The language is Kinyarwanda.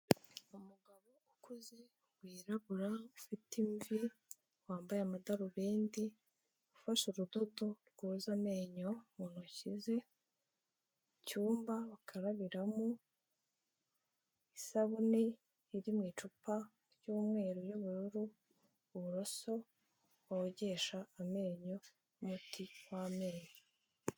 Umugabo ukuze wirabura ufite imvi, wambaye amadarubindi, ufashe urudodo rwoza amenyo mutoki ze, icyumba bakarabiramo, isabune iri mu icupa ry'umweru ry'ubururu uburoso bogesha amenyo, umuti w'amenyo.